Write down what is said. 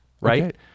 Right